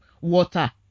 water